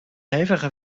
hevige